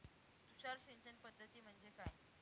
तुषार सिंचन पद्धती म्हणजे काय?